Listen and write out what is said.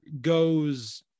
goes